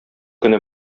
көне